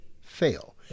fail